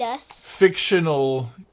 fictional